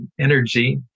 energy